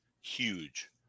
huge